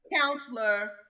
counselor